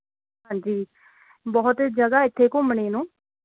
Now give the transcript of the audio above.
ਹਾਂਜੀ ਬਹੁਤ ਜਗ੍ਹਾਂ ਇੱਥੇ ਘੁੰਮਣੇ ਨੂੰ